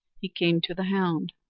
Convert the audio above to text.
he came to the hound.